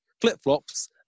flip-flops